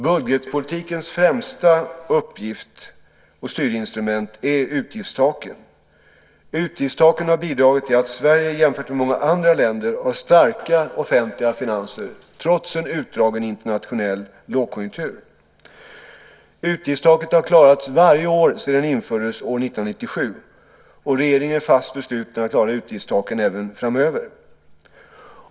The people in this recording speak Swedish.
Budgetpolitikens främsta styrinstrument är utgiftstaken. Utgiftstaken har bidragit till att Sverige jämfört med många andra länder har starka offentliga finanser trots en utdragen internationell lågkonjunktur. Utgiftstaket har klarats varje år sedan det infördes 1997, och regeringen är fast besluten att klara utgiftstaken även framöver.